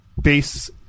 base